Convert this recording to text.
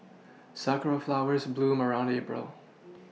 sakura flowers bloom around April